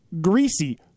greasy